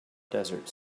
desert